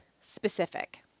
specific